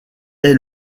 est